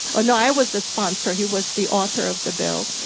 or no, i was the sponsor he was the author of the bill.